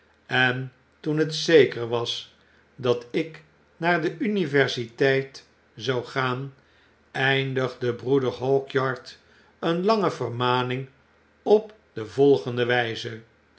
en toen het zeker was dat ik naar de universiteit zou gaan eindigde broeder hawkyard een lange vermaning op de volgende wyze